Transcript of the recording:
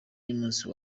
y’umunsi